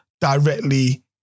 directly